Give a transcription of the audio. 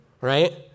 right